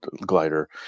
glider